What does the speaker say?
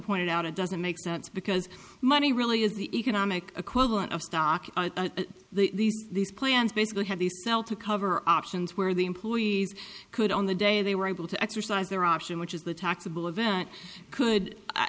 pointed out it doesn't make sense because money really is the economic equivalent of stock the these plans basically have the cell to cover options where the employees could on the day they were able to exercise their option which is the taxable event could